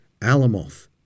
alamoth